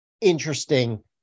interesting